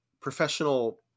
professional